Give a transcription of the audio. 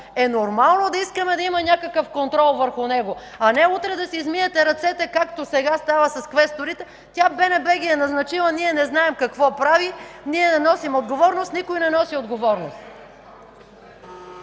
е нормално да искаме да има някакъв контрол върху него, а не утре да си измиете ръцете, както сега става с квесторите: „БНБ ги е назначила, ние не знаем какво прави, не носим отговорност”, никой не носи отговорност.